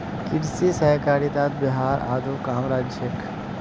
कृषि सहकारितात बिहार स आघु कम राज्य छेक